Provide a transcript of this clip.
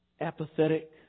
apathetic